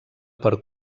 per